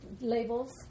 labels